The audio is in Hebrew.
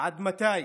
עד מתי?